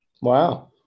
Wow